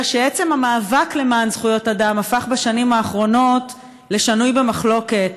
אלא שעצם המאבק למען זכויות אדם הפך בשנים האחרונות לשנוי במחלוקת,